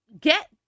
get